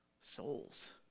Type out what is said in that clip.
souls